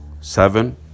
Seven